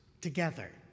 together